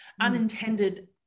unintended